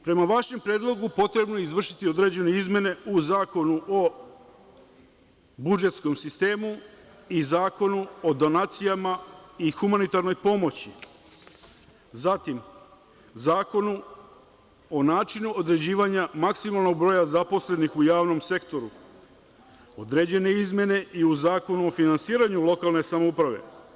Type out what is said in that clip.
Prema vašem predlogu, potrebno je izvršiti određene izmene u Zakonu o budžetskom sistemu i Zakonu o donacijama i humanitarnoj pomoći, zatim, Zakonu o načinu određivanja maksimalnog broja zaposlenih u javnom sektoru, određene izmene i u Zakonu o finansiranju lokalne samouprave.